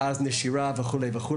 ואז תהיה נשירה וכו'.